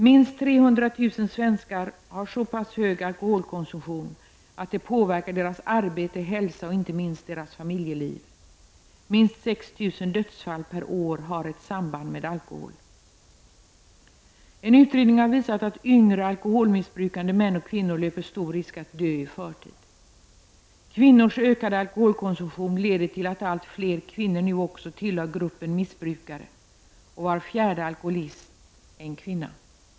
Minst 300 000 svenskar har så pass hög alkoholkonsumtion att det påverkar deras arbete, hälsa och inte minst familjeliv. Minst 6 000 dödsfall per år har ett samband med alkohol. En utredning har visat att yngre alkoholmissbrukande män och kvinnor löper stor risk att dö i förtid. Kvinnors ökade alkoholkonsumtion leder till att allt fler kvinnor också tillhör gruppen missbrukare. Var fjärde alkoholist är en kvinna.